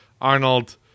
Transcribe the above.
Arnold